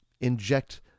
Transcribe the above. inject